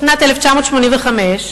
בשנת 1985,